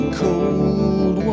cold